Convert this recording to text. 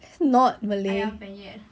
ayam penyet